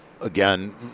again